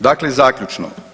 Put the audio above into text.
Dakle, zaključno.